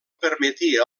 permetia